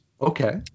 Okay